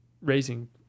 raising